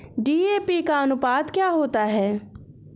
DAP का अनुपात क्या होता है?